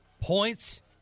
Points